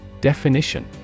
Definition